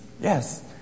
yes